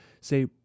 say